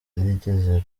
yigeze